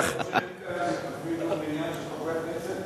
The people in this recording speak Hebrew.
אף-על-פי שאין כאן מניין של חברי כנסת,